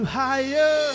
higher